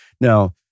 Now